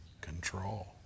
control